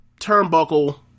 turnbuckle